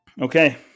Okay